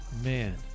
man